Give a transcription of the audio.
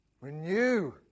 Renew